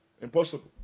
impossible